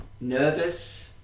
nervous